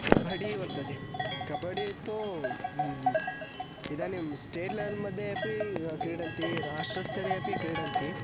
कबड्डि वर्तते कबड्डि तु इदानीं स्टेट् लेवेल् मध्ये अपि क्रीडन्ति राष्ट्रीयस्तरे अपि क्रीडन्ति